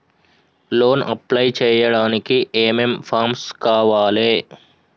Loan apply చేయడానికి ఏం ఏం ఫామ్స్ కావాలే?